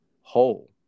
whole